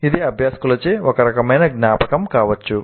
ఇది అభ్యాసకులచే ఒక రకమైన జ్ఞాపకం కావచ్చు